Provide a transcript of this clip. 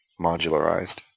modularized